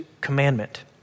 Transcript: commandment